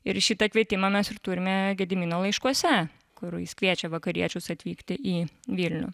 ir šitą kvietimą mes turime gedimino laiškuose kur jis kviečia vakariečius atvykti į vilnių